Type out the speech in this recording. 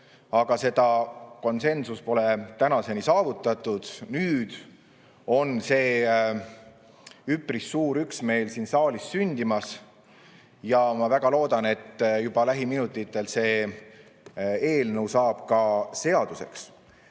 aga konsensust pole tänaseni saavutatud. Nüüd on üpris suur üksmeel siin saalis sündimas. Ja ma väga loodan, et juba lähiminutitel saab see eelnõu seaduseks. Samas